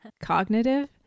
Cognitive